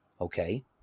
Okay